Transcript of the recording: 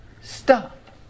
stop